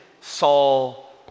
Saul